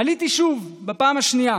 עליתי שוב, בפעם השנייה,